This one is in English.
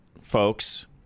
folks